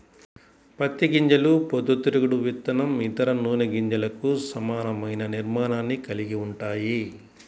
పత్తి గింజలు పొద్దుతిరుగుడు విత్తనం, ఇతర నూనె గింజలకు సమానమైన నిర్మాణాన్ని కలిగి ఉంటాయి